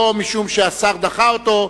לא משום שהשר דחה אותו,